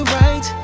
right